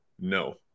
No